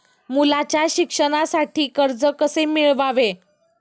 मुलाच्या शिक्षणासाठी कर्ज कसे मिळवावे?